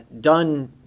done